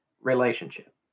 relationship